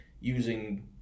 using